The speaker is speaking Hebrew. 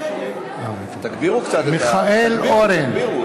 תגבירו, תגבירו.